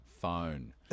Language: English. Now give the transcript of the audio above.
Phone